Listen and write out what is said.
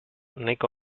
nahiko